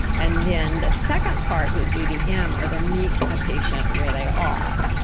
and then the second part would be the m or the meet the patient where they are.